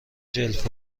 جلف